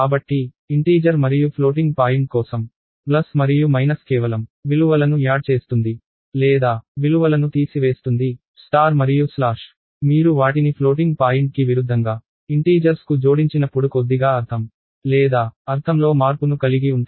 కాబట్టి ఇంటీజర్ మరియు floating point కోసం ప్లస్ మరియు మైనస్ కేవలం విలువలను యాడ్ చేస్తుంది లేదా విలువలను తీసివేస్తుంది స్టార్ మరియు స్లాష్ మీరు వాటిని ఫ్లోటింగ్ పాయింట్కి విరుద్ధంగా ఇంటీజర్స్ కు జోడించినప్పుడు కొద్దిగా అర్థం లేదా అర్థంలో మార్పును కలిగి ఉంటాయి